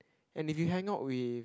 and if you hangout with